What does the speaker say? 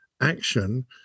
action